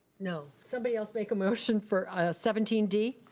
no, somebody else make a motion for seventeen d.